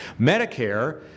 Medicare